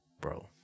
bro